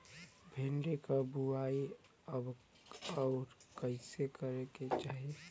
भिंडी क बुआई कब अउर कइसे करे के चाही?